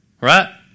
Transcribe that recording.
Right